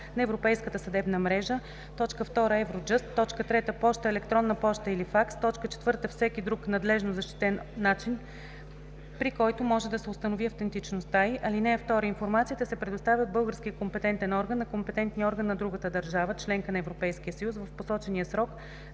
на Европейската съдебна мрежа; 2. Евроджъст (Eurojust); 3. поща, електронна поща или факс; 4. всеки друг надлежно защитен начин, при който може да се установи автентичността й. (2) Информацията се предоставя от българския компетентен орган на компетентния орган на другата държава – членка на Европейския съюз, в посочения срок,